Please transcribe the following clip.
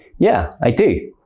yeah, i do.